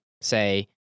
say